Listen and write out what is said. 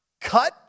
Cut